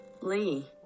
Lee